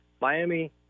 Miami